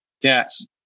Yes